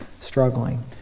struggling